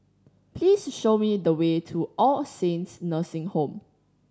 please show me the way to All Saints Nursing Home